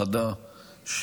חדה,